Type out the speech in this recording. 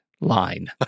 line